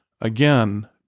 Again